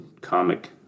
comic